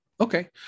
Okay